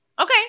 Okay